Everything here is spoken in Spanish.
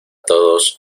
todos